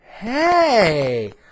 Hey